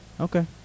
Okay